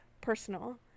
personal